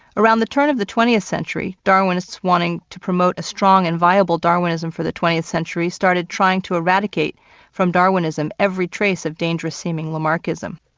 around the turn of the twentieth century, darwinists wanting to promote a strong and viable darwinism for the twentieth century started trying to eradicate from darwinism every trace of dangerous-seeming lamarckism.